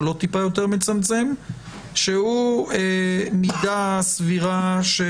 שהוא מידה סבירה של